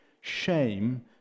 shame